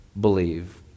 believe